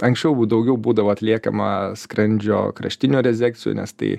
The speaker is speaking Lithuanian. anksčiau daugiau būdavo atliekama skrandžio kraštinių rezekcijų nes tai